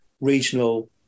regional